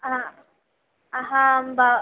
आ अहं बा